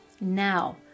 Now